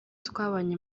twabanye